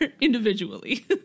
individually